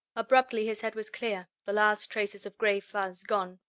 abruptly his head was clear, the last traces of gray fuzz gone.